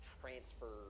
transfer